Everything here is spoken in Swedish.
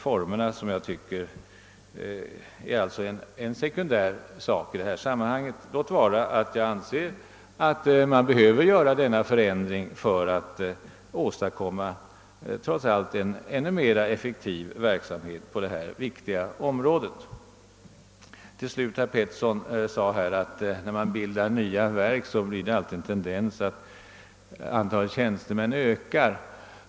Formerna tycker jag är av sekundär betydelse i sammanhanget, även om jag inser att den föreslagna förändringen behöver göras för att åstadkomma en ännu mer effektiv verksamhet på detta viktiga område. Slutligen en kommentar till herr Petersson då han sade, att när vi inrättar nya verk tenderar antalet tjänstemän alltid att öka.